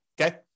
okay